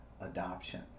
adoption